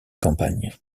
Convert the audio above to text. campagne